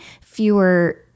fewer